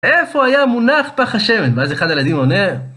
איפה היה מונח פח השמן? ואז אחד הילדים עונה.